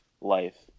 life